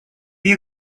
you